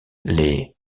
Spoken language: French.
les